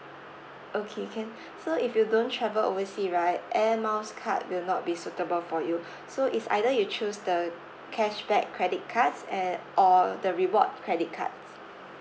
okay can so if you don't travel oversea right air miles card will not be suitable for you so is either you choose the cashback credit cards at or the reward credit cards